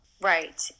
Right